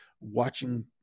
watching